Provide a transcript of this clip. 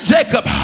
Jacob